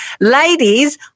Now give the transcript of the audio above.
ladies